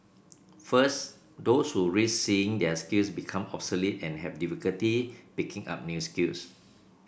first those who risk seeing their skills become obsolete and have difficulty picking up new skills